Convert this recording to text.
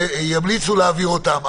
ימליצו להעביר אותן.